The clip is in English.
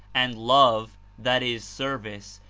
and love, that is, service,